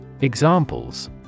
Examples